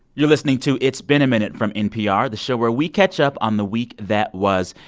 you're listening to it's been a minute from npr, the show where we catch up on the week that was.